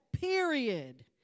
period